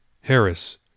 Harris